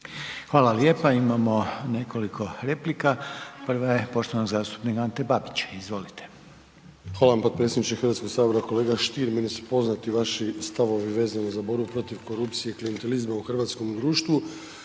Hvala lijepo. Imamo nekoliko replika, prva je poštovanog zastupnika Ante Babića, izvolite. **Babić, Ante (HDZ)** Hvala vam potpredsjedniče HS. Kolega Stier, meni su poznati vaši stavovi vezani za borbu protiv korupcije i klijentelizma u hrvatskom društvu.